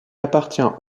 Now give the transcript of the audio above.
appartient